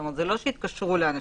זאת אומרת, זה לא שיתקשרו לאנשים.